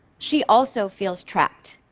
she also feels trapped.